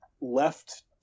left